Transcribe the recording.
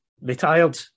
retired